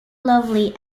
lovely